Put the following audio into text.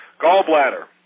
Gallbladder